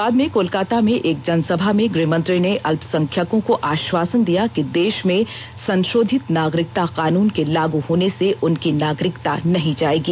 बाद में कोलकाता में एक जनसभा में गृहमंत्री ने अल्पसंख्यकों को आश्वासन दिया कि देश में संशोधित नागरिकता कानून के लागू होने से उनकी नागरिकता नहीं जाएगी